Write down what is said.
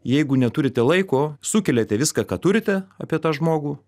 jeigu neturite laiko sukeliate viską ką turite apie tą žmogų